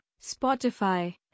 Spotify